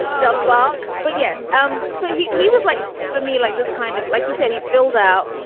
john clarke. but yes. um so he he was like for me, like this kind of like you said, he filled out.